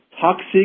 toxic